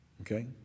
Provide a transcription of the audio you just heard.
okay